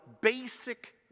basic